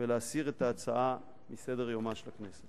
ולהסיר את ההצעה מסדר-יומה של הכנסת.